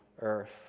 earth